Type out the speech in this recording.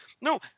No